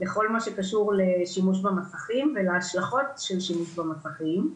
בכל מה שקשור לשימוש במסכים ולהשלכות של השימוש במסכים.